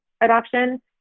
adoption